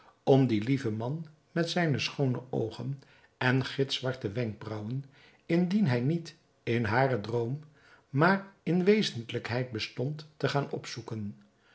om dien lieven man met zijne schoone oogen en gitzwarte wenkbraauwen indien hij niet in haren droom maar in wezentlijkheid bestond te gaan opzoeken